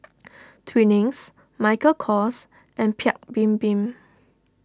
Twinings Michael Kors and Paik's Bibim